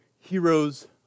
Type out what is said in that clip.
heroes